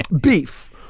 Beef